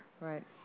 Right